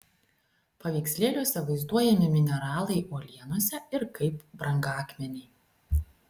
paveikslėliuose vaizduojami mineralai uolienose ir kaip brangakmeniai